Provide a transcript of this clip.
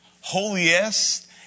holiest